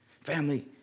Family